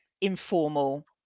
informal